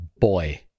boy